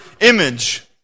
image